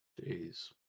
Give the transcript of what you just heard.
Jeez